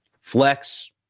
Flex